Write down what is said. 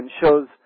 shows